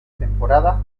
temporada